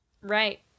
Right